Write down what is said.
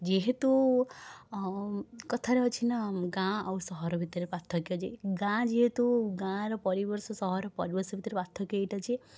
ଯେହେତୁ କଥାରେ ଅଛିନା ଗାଁ ଆଉ ସହର ଭିତରେ ପାର୍ଥକ୍ୟ ଯେ ଗାଁ ଯେହେତୁ ଗାଁର ପରିବେଶ ସହର ପରିବେଶ ଭିତରେ ପାର୍ଥକ୍ୟ ଏହିଟା ଯେ